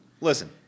Listen